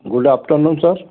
good afternoon sir